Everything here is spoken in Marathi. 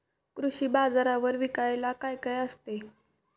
कृषी बाजारावर विकायला काय काय असते?